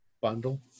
Bundle